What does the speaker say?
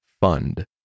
fund